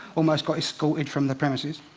almost got escorted from the premises.